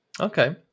Okay